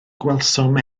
gwelsom